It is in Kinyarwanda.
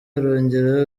arongera